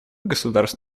государств